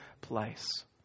place